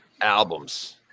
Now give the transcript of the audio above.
albums